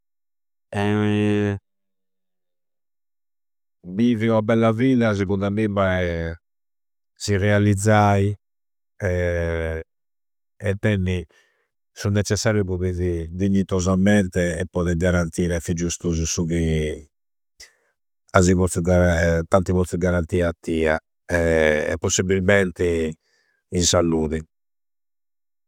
Bivi ua bella vida segundu a mimma è si reallizzai e tenni su necessariu po bivi dignitosamente e podi garantire a figgius tusu su chi asi pozzu, t'anti pozziu grantì a tia e possibbilmenti in salludi.